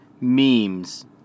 memes